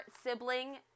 sibling